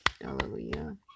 hallelujah